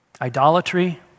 idolatry